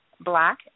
Black